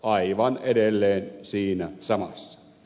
aivan edelleen siinä samassa